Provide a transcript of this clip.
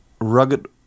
rugged